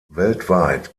weltweit